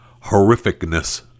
horrificness